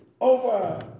Over